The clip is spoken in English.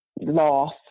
loss